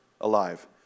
alive